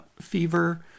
fever